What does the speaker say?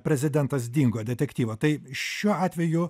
prezidentas dingo detektyvą tai šiuo atveju